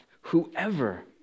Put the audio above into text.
Whoever